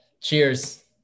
Cheers